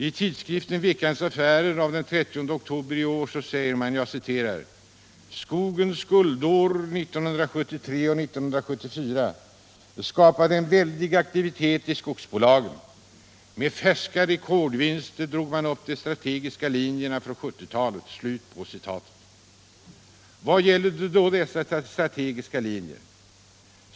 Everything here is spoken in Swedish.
I tidskriften Veckans Affärer av den 13 oktober i år anför man: ”Skogens guldår 1973 och 1974 skapade en väldig aktivitet i skogsbolagen. Med färska rekordvinster drog man upp de strategiska linjerna för resten av 70-talet.” Vad gällde då dessa strategiska linjer?